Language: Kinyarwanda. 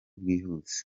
bwihuse